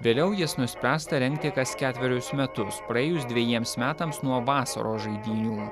vėliau jas nuspręsta rengti kas ketverius metus praėjus dvejiems metams nuo vasaros žaidynių